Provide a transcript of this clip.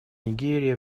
нигерия